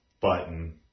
Button